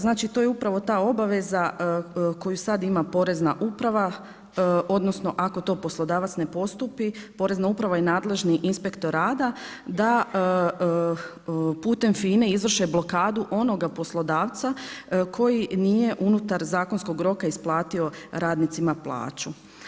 Znači to je upravo ta obaveza koju sada ima Porezna uprava odnosno ako to poslodavac ne postupi Porezna uprava i nadležni inspektor rada da putem FINA-e izvrše blokadu onoga poslodavca koji nije unutar zakonskog roka isplatio radnicima plaću.